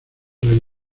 reino